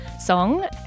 song